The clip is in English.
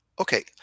Okay